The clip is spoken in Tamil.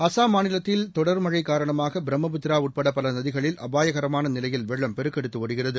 அசாம் மாநிலத்தில் தொடர் மழை காரணமாக பிரம்மபுத்திரா உள்பட பல நதிகளில் அபாயகரமான நிலையில் வெள்ளம் பெருக்கெடுத்து ஓடுகிறது